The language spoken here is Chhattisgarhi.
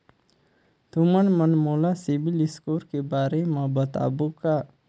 तुमन मन मोला सीबिल स्कोर के बारे म बताबो का?